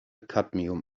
cadmium